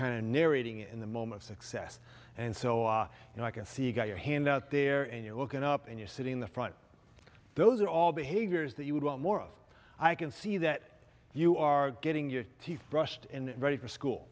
of narrating in the moment success and so on and i can see you've got your hand out there and you're looking up and you're sitting in the front those are all behaviors that you would want more of i can see that you are getting your teeth brushed and ready for school